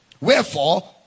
Wherefore